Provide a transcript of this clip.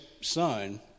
son